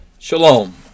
Shalom